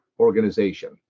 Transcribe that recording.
organization